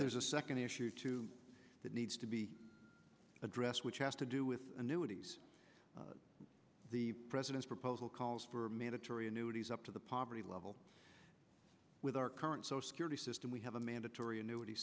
there's a second issue to that needs to be addressed which has to do with annuities the president's proposal calls for mandatory annuities up to the poverty level with our current social security system we have a mandatory